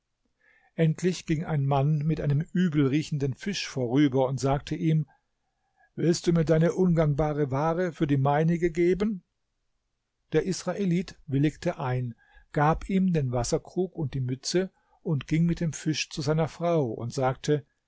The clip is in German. endlich ging ein mann mit einem übelriechenden fisch vorüber und sagte ihm willst du mir deine ungangbare ware für die meinige geben der israelit willigte ein gab ihm den wasserkrug und die mütze und ging mit dem fisch zu seiner frau und sagte